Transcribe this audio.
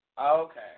Okay